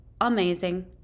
amazing